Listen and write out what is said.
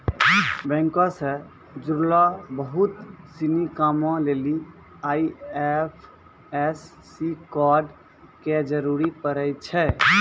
बैंको से जुड़लो बहुते सिनी कामो लेली आई.एफ.एस.सी कोड के जरूरी पड़ै छै